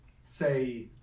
say